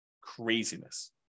Craziness